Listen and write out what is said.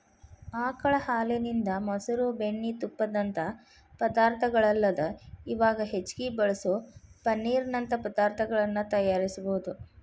ಆಕಳ ಹಾಲಿನಿಂದ, ಮೊಸರು, ಬೆಣ್ಣಿ, ತುಪ್ಪದಂತ ಪದಾರ್ಥಗಳಲ್ಲದ ಇವಾಗ್ ಹೆಚ್ಚಾಗಿ ಬಳಸೋ ಪನ್ನೇರ್ ನಂತ ಪದಾರ್ತಗಳನ್ನ ತಯಾರಿಸಬೋದು